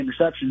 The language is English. interceptions